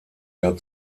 jahr